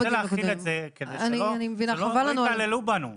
אני רוצה להרחיב את זה כדי שלא יתעללו בנו.